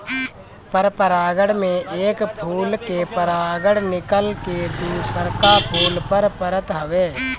परपरागण में एक फूल के परागण निकल के दुसरका फूल पर परत हवे